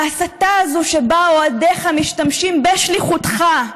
ההסתה הזאת שבה אוהדיך משתמשים, בשליחותך,